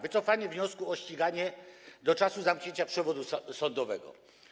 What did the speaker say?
Wycofanie wniosku o ściganie do czasu zamknięcia przewodu sądowego.